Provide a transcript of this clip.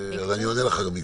ואני אענה לך על המקצועי.